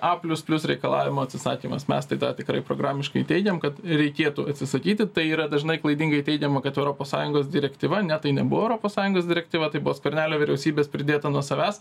a plius plius reikalavimo atsisakymas mes tai tikrai programiškai teigiam kad reikėtų atsisakyti tai yra dažnai klaidingai teigiama kad europos sąjungos direktyva ne tai nebuvo europos sąjungos direktyva tai buvo skvernelio vyriausybės pridėta nuo savęs